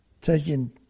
taking